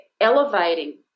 elevating